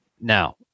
Now